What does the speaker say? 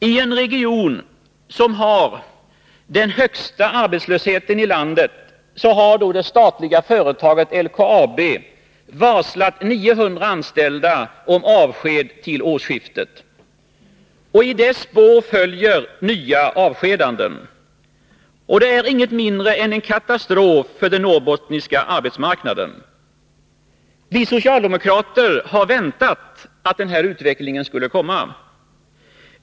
I en region som har den högsta arbetslösheten i landet har det statliga företaget LKAB varslat 900 anställda om avsked till årsskiftet. Och i dessa spår följer nya avskedanden. Det är inget mindre än en katastrof för den norrbottniska arbetsmarknaden. Vi socialdemokrater har väntat att den här utvecklingen skulle komma.